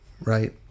right